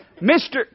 Mr